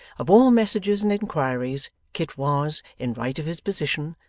of all messages and inquiries, kit was, in right of his position,